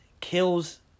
kills